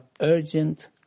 urgent